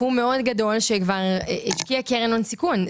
סכום מאוד גדול שכבר השקיעה הון סיכון,